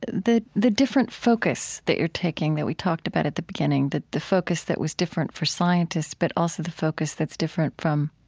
the the different focus that you're taking that we talked about at the beginning, the the focus that was different for scientists, but also the focus that's different from